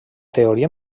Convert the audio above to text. teoria